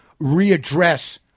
readdress